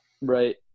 Right